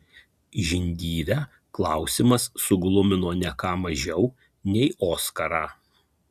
žindyvę klausimas suglumino ne ką mažiau nei oskarą